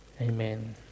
Amen